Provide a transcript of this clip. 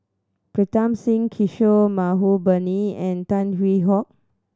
Pritam Singh Kishore Mahbubani and Tan Hwee Hock